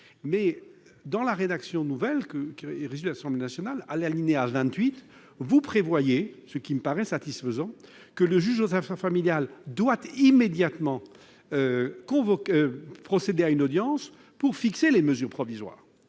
Dans la rédaction nouvelle issue de l'Assemblée nationale, à l'alinéa 28 de l'article 12, vous prévoyez, ce qui me paraît satisfaisant, que le juge aux affaires familiales doit immédiatement procéder à une audience pour fixer les mesures provisoires.